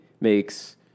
makes